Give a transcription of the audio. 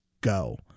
go